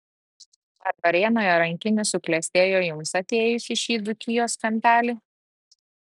ar varėnoje rankinis suklestėjo jums atėjus į šį dzūkijos kampelį